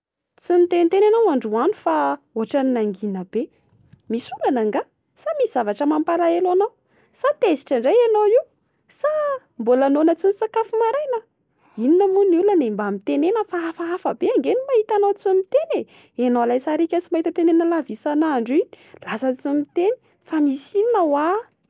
Tsy miteniteny enao androany fa otrany nangina be, misy olana angaha? Sa misy zavatra mampalahelo anao? Sa tezitra indray enao io? Sa mbola noana tsy nisakafo maraina ?Inona moa ny olana? Mba mitenena fa hafahafa be ange ny mahita anao tsy miteny e. Enao ilay sarika sy mahita tenenina lava isan'andro iny lasa tsy miteny. Fa misy inona hoa?